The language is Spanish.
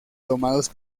tomados